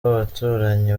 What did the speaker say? abaturanyi